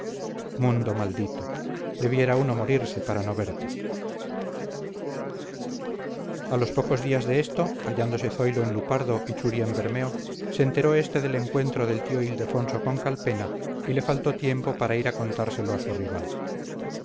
mundo maldito debiera uno morirse para no verte a los pocos días de esto hallándose zoilo en lupardo y churi en bermeo se enteró este del encuentro del tío ildefonso con calpena y le faltó tiempo para ir a contárselo a su rival